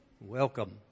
Welcome